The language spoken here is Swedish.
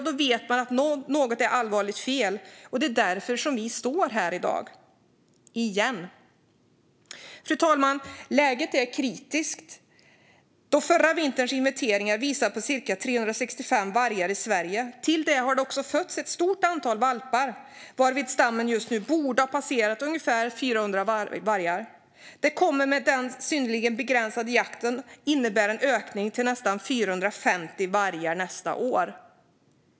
Då vet man att något är allvarligt fel, och det är därför vi står här i dag - igen. Fru talman! Läget är kritiskt. Förra vinterns inventeringar visade på cirka 365 vargar i Sverige. Till det har det också fötts ett stort antal valpar, varför stammen just nu borde ha passerat 400 vargar. Det kommer med den synnerligen begränsade jakten att innebära en ökning till nästan 450 vargar nästa år.